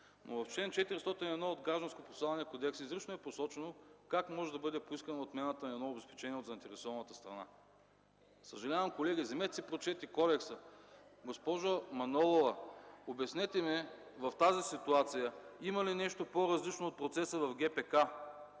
В чл. 401 от Гражданския процесуален кодекс изрично е посочено как може да бъде поискана отмяната на едно обезпечение от заинтересованата страна. Колеги, съжалявам, но вземете и прочетете кодекса. Госпожо Манолова, обяснете ми в тази ситуация има ли нещо по-различно от процеса в ГПК?